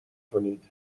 کنید